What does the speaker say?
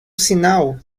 sinal